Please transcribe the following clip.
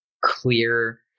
clear